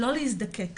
שלא להזדקק ,